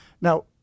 Now